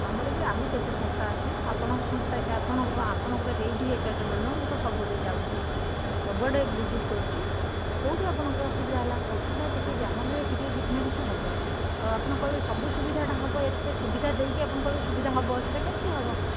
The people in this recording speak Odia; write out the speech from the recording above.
ଆମର ବି ଆହୁରି କେତେ ସଂସ୍ଥା ଅଛି ଆପଣଙ୍କ ସଂସ୍ଥା ଆପଣଙ୍କର ହେଇଠି ଏକା କେବଳ ନୁହଁ ମୁଁ ତ ସବୁ ଆଡ଼େ ଯାଉଛି ସବୁ ଆଡ଼େ ଭିଜିଟ କରୁଛି କେଉଁଠି ଆପଣଙ୍କର ଅସୁବିଧା ହେଲା ଅସୁବିଧା ଟିକେ ଯାହା ହେଲେ ଟିକେ କିଛି ନା କିଛି ହେବ ଆଉ ଆପଣ କହିବେ ସବୁ ସୁବିଧାଟା ହେବ ଏତେ ସୁବିଧା ଦେଇକି ଆପଣ କହିବେ ସୁବିଧା ହେବ ସେଇଟା କେମିତି ହେବ